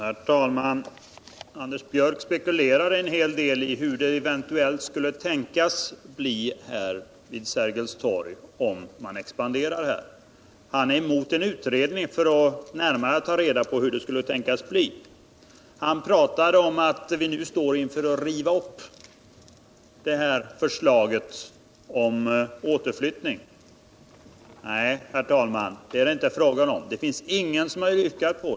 Herr talman! Anders Björck spekulerar en hel del i hur det eventuellt skulle bli vid Sergels torg om vi expanderar här. Han är cmot att göra en utredning för att närmare ta reda på hur det skulle bli. Han pratade om att vi nu står inför att riva upp förslaget om återflyttning. Nej, det är det inte fråga om. Det finns ingen som yrkat så.